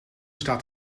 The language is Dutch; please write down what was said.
staat